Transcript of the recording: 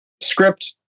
script